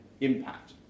impact